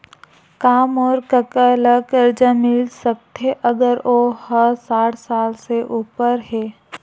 का मोर कका ला कर्जा मिल सकथे अगर ओ हा साठ साल से उपर हे?